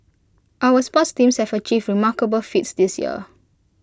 our sports teams have achieved remarkable feats this year